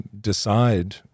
decide